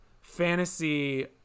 fantasy